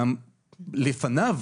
גם לפניו